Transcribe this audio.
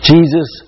Jesus